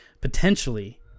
Potentially